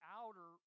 outer